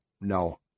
no